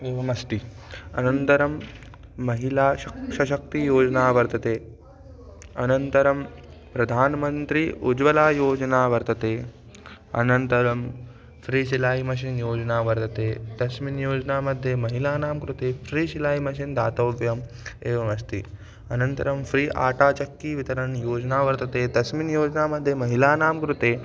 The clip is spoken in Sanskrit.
एवमस्ति अनन्तरं महिला शक् सशक्तियोजना वर्तते अनन्तरं प्रधानमन्त्री उज्ज्वला योजना वर्तते अनन्तरं फ़्रि सिलायि मशीन् योजना वर्तते तस्मिन् योजनामध्ये महिलानां कृते फ़्रि शिलाइ मशीन् दातव्यम् एवमस्ति अनन्तरं फ़्रि आटाचकीवितरणं योजना वर्तते तस्मिन् योजनामध्ये महिलानां कृते